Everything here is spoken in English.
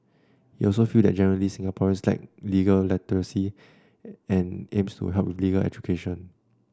he also feels that generally Singaporeans lack legal literacy and aims to help with legal education